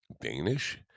Danish